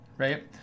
right